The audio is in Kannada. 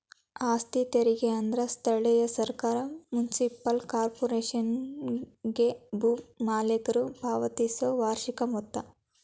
ಆಸ್ತಿ ತೆರಿಗೆ ಅಂದ್ರ ಸ್ಥಳೇಯ ಸರ್ಕಾರ ಮುನ್ಸಿಪಲ್ ಕಾರ್ಪೊರೇಶನ್ಗೆ ಭೂ ಮಾಲೇಕರ ಪಾವತಿಸೊ ವಾರ್ಷಿಕ ಮೊತ್ತ